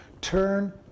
Turn